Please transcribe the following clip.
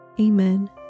Amen